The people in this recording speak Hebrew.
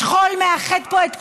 השכול מאחד פה את כולנו.